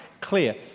clear